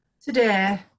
today